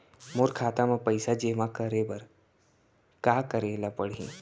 मोर खाता म पइसा जेमा करे बर का करे ल पड़ही?